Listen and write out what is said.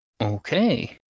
Okay